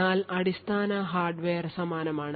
എന്നാൽ അടിസ്ഥാന ഹാർഡ്വെയർ സമാനമാണ്